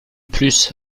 plus